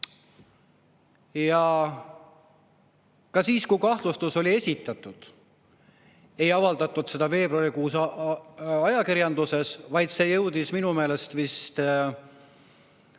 Ka siis, kui kahtlustus oli esitatud, ei avaldatud seda veebruarikuus ajakirjanduses, vaid see jõudis avalikkuse ette